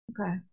Okay